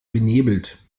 benebelt